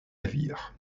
navires